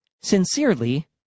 Sincerely